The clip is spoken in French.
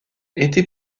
été